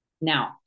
Now